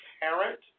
parent